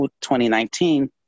2019